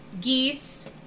Geese